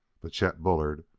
but chet bullard,